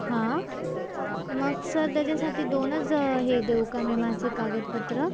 हां मग सर त्याच्यासाठी दोनच हे देऊ का मी माझे कागदपत्र